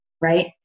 right